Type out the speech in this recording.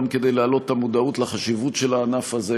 גם כדי להעלות את המודעות לחשיבות של הענף הזה,